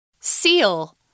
Seal